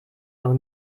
noch